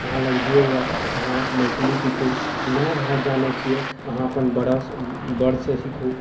अहाँ लग जे यऽ अहाँ मैथिली सीखू नहि अहाँ जानै छियै अहाँ अपन बड़ा बड़सँ सीखू